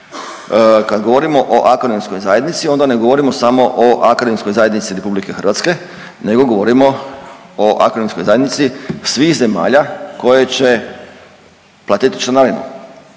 Kad govorimo o akademskoj zajednici onda ne govorimo samo o akademskoj zajednici Republike Hrvatske nego govorimo o akademskoj zajednici svih zemalja koje će platiti članarinu.